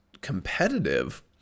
competitive